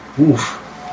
Oof